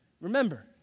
Remember